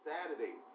Saturday